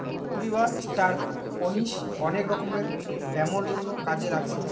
মৌরি বা star anise অনেক রকমের ব্যামোর জন্যে কাজে লাগছে